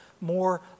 more